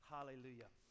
Hallelujah